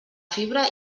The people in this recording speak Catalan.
fibra